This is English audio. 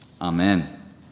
Amen